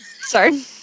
sorry